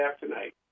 tonight